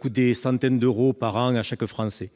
coûte des centaines d'euros par an à chaque Français.